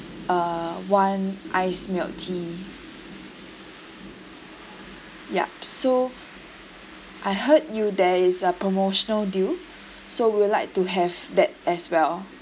uh one iced milk tea yup so I heard you there is a promotional deal so we would like to have that as well